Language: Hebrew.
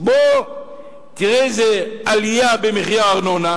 אז בוא תראה איזה עלייה במחיר הארנונה,